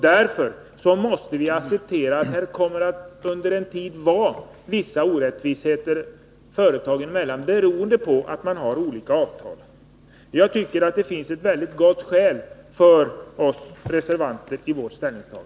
Därför måste vi acceptera att det här under en tid kommer att råda vissa orättvisor företagen emellan, beroende på att de har olika avtal. Jag tycker det är ett mycket gott skäl för ställningstagandet från oss reservanter.